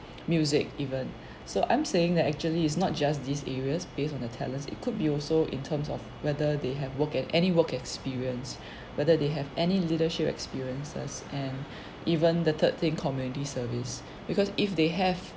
music even so I'm saying that actually it's not just these areas based on their talents it could be also in terms of whether they have work at any work experience whether they have any leadership experiences and even the third thing community service because if they have